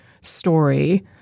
story